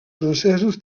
francesos